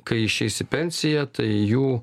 kai išeis į pensiją tai jų